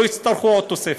לא יצטרכו עוד תוספת.